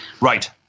Right